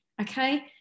Okay